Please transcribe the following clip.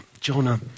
Jonah